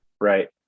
right